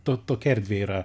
to tokia erdvė yra